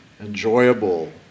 enjoyable